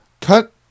Cut